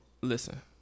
listen